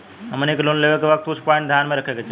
हमनी के लोन लेवे के वक्त कुछ प्वाइंट ध्यान में रखे के चाही